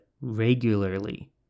regularly